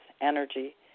energy